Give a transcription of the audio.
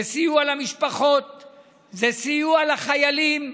זה סיוע למשפחות, זה סיוע לחיילים.